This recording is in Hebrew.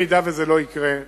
אם זה לא יקרה,